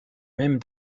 mêmes